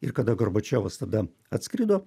ir kada gorbačiovas tada atskrido